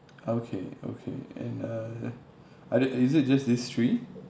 okay okay and uh are there is it just these three